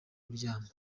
kuryama